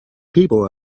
people